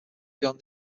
beyond